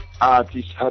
artists